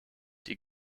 die